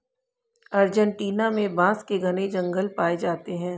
Argentina में बांस के घने जंगल पाए जाते हैं